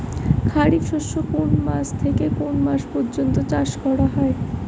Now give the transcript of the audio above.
খারিফ শস্য কোন মাস থেকে কোন মাস পর্যন্ত চাষ করা হয়?